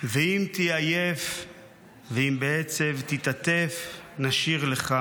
ואם תהיה עייף / ואם בעצב תתעטף / נשיר לך